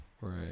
Right